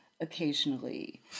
occasionally